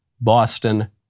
Boston